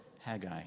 Haggai